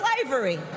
slavery